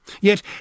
Yet